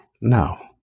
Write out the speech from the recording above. No